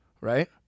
right